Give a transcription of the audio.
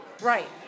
Right